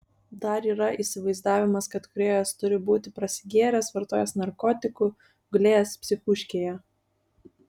dar yra įsivaizdavimas kad kūrėjas turi būti prasigėręs vartojęs narkotikų gulėjęs psichūškėje